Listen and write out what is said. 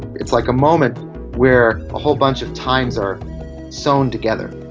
it's like a moment where a whole bunch of times are sewn together.